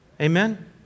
Amen